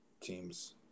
teams